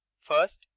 First